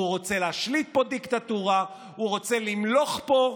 הוא רוצה להשליט פה דיקטטורה, הוא רוצה למלוך פה.